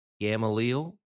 Gamaliel